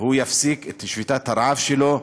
הוא יפסיק את שביתת הרעב שלו,